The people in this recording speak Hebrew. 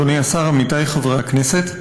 אדוני השר, עמיתיי חברי הכנסת,